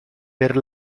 per